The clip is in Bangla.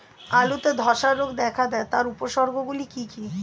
আলুতে ধ্বসা রোগ দেখা দেয় তার উপসর্গগুলি কি কি?